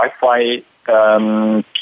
Wi-Fi